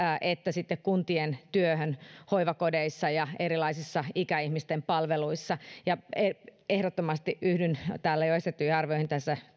että sitten kuntien työhön hoivakodeissa ja erilaisissa ikäihmisten palveluissa ehdottomasti yhdyn täällä jo esitettyihin arvioihin